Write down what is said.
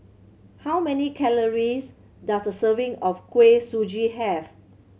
how many calories does a serving of Kuih Suji have